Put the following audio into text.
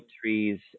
trees